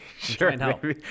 Sure